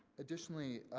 additionally.